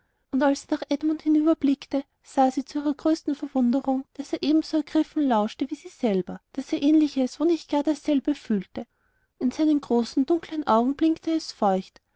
und als sie nach edmund hinüberblickte sah sie zu ihrer größten verwunderung daß er ebenso ergriffen lauschte wie sie selber daß er ähnliches wo nicht gar dasselbe fühlte in seinen großen dunklen augen blinkte es feucht